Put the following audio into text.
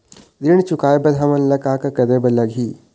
ऋण चुकाए बर हमन ला का करे बर लगही?